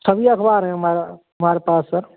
सभी अख़बार हैं हमारा हमारे पास सर